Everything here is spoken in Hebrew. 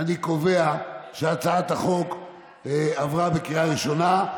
אני קובע שהצעת החוק עברה בקריאה ראשונה,